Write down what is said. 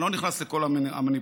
אני לא נכנס לכל המניפולציות,